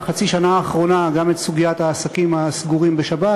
בחצי השנה האחרונה גם את סוגיית העסקים הסגורים בשבת,